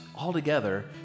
altogether